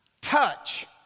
touch